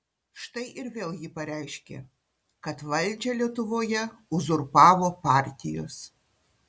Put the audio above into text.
štai ir vėl ji pareiškė kad valdžią lietuvoje uzurpavo partijos